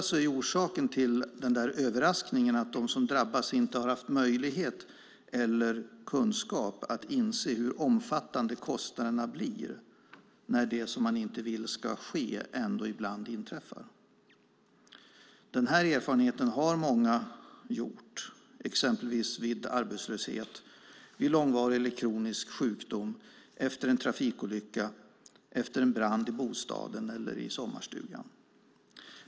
Oftast är orsaken till överraskningen att de som drabbas inte har haft möjlighet eller kunskap att inse hur omfattande kostnaderna blir när det man inte vill ska ske ändå ibland inträffar. Det är en erfarenhet som många har gjort exempelvis vid arbetslöshet, vid långvarig eller kronisk sjukdom, efter en trafikolycka eller efter en brand i bostaden eller sommarstugan.